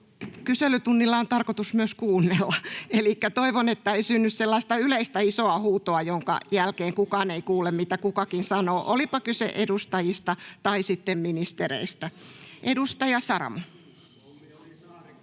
kyselytunnilla on tarkoitus myös kuunnella. Elikkä toivon, että ei synny sellaista yleistä isoa huutoa, jonka jälkeen kukaan ei kuule, mitä kukakin sanoo, olipa kyse sitten edustajista tai ministereistä. — Edustaja Saramo.